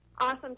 awesome